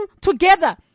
together